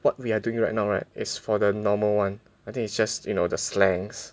what we are doing right now right is for the normal [one] I think it's just you know the slangs